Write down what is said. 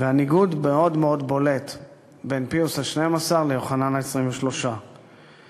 והניגוד בין פיוס ה-12 ליוחנן ה-23 בולט מאוד.